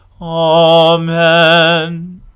Amen